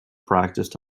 practiced